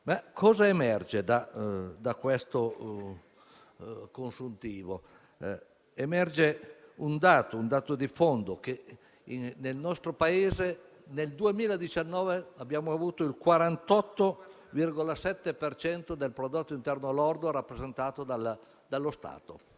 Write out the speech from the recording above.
Cosa emerge da questo consuntivo? Emerge un dato di fondo: nel nostro Paese nel 2019 abbiamo avuto il 48,7 per cento del prodotto interno lordo rappresentato dallo Stato.